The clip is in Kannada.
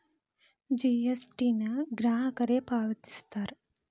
ಜಿ.ಎಸ್.ಟಿ ನ ಗ್ರಾಹಕರೇ ಪಾವತಿಸ್ತಾರಾ